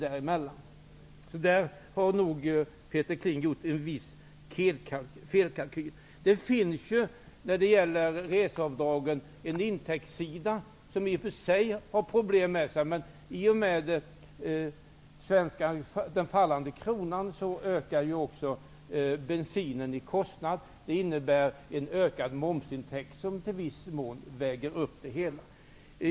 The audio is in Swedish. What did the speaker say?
Där har nog Peter Kling gjort en viss felkalkyl. När det gäller reseavdragen finns det en intäktssida, som i och för sig innebär problem, men den fallande kronan medför att bensinkostnaderna ökar. Det innebär ökade momsintäkter, som i viss mån uppväger det hela.